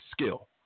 skill